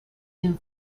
him